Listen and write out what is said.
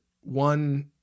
One